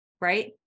right